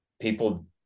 people